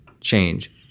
change